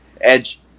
Edge